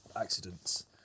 accidents